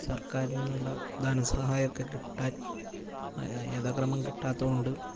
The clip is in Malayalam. സർക്കാരിൽ നിന്നുള്ള ധനസഹായമൊക്കെ കിട്ടാൻ യഥാക്രമം കിട്ടാത്തതുകൊണ്ടും